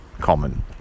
common